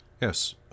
Yes